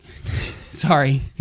sorry